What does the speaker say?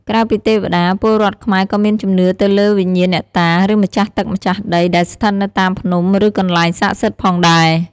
ក្រៅពីទេវតា ពលរដ្ឋខ្មែរក៏មានជំនឿទៅលើវិញ្ញាណអ្នកតា ឬម្ចាស់ទឹកម្ចាស់ដីដែលស្ថិតនៅតាមភ្នំឬកន្លែងស័ក្តិសិទ្ធិផងដែរ។